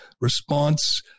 response